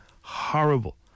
horrible